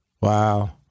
Wow